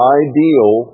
ideal